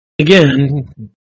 Again